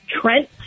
Trent